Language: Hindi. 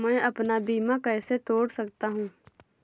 मैं अपना बीमा कैसे तोड़ सकता हूँ?